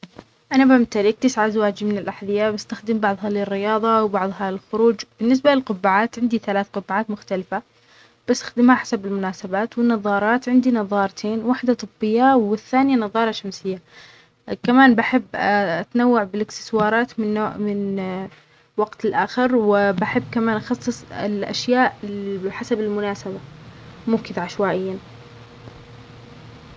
أنا يمتلك تسع أزواج من الأحذية بستخدم بعضها للرياظة وبعضها للخروج، بالنسبة للقبعات عندى ثلاث قبعات مختلفة بستخدمها حسب المناسبات، والنظارات عندي نظارتين واحدة طبية والثانية نظارة شمسية، كمان بحب أتنوع بالإكسسورارات من نوع-من وقت لآخر وبحب كمان أخصص الأشياء حسب المناسبة مو كدا عشوائياً.